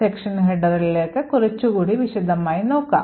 section ഹെഡറുകളിലേക്ക് കുറച്ചുകൂടി വിശദമായി നോക്കാം